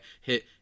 hit